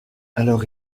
alors